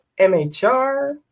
mhr